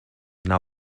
now